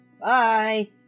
bye